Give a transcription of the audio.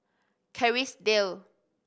Kerrisdale